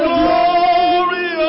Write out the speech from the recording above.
glory